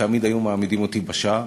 תמיד היו מעמידים אותי בשער.